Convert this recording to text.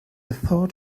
thought